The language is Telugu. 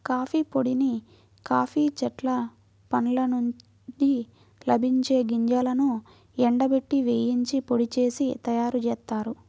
కాఫీ పొడిని కాఫీ చెట్ల పండ్ల నుండి లభించే గింజలను ఎండబెట్టి, వేయించి పొడి చేసి తయ్యారుజేత్తారు